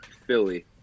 Philly